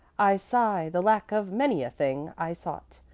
i sigh the lack of many a thing i sought,